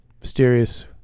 mysterious